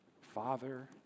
Father